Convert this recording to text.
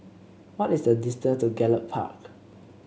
what is the distance to Gallop Park